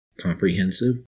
comprehensive